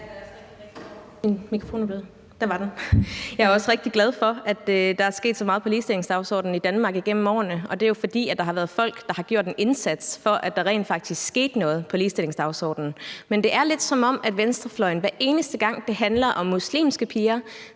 Jeg er også rigtig glad for, at der er sket så meget på ligestillingsdagsordenen i Danmark igennem årene, og det er jo, fordi der har været folk, der har gjort en indsats for, at der rent faktisk skete noget på ligestillingsdagsordenen. Men det er lidt, som om venstrefløjen, hver eneste gang det handler om muslimske piger,